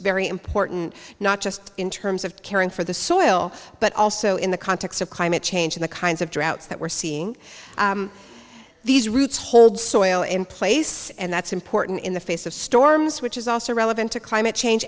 very important not just in terms of caring for the soil but also in the context of climate change in the kinds of droughts that we're seeing these roots hold soil in place and that's important in the face of storms which is also relevant to climate change